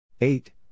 Eight